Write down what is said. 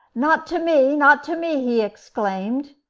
not to me, not to me! he exclaimed.